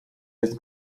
jest